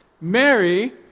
Mary